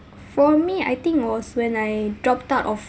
for me I think was when I dropped out of